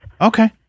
Okay